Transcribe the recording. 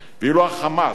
ואילו ה"חמאס"